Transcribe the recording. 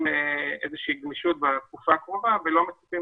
איזושהי גמישות בתקופה הקרובה ולא מצפים